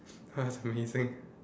that was amazing